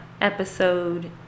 episode